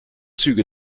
züge